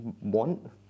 want